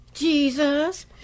Jesus